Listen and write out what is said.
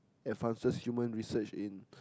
advances human research in